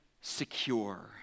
secure